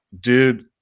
Dude